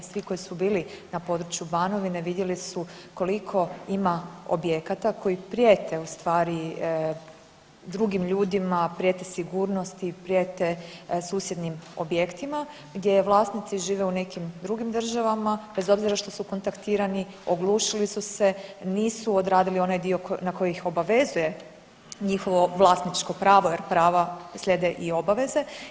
Svi koji su bili na području Banovine vidjeli su koliko ima objekata koji prijete, u stvari, drugim ljudima, prijete sigurnosti, prijete susjednim objektima, gdje vlasnici žive u nekim drugim državama, bez obzira što su kontaktirani, oglušili su se, nisu odradili onaj dio na koji ih obavezuje njihovo vlasničko pravo, jer prava slijede i obaveze.